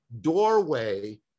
doorway